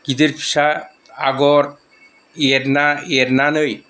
गिदिर फिसा आगर एरना एरनानै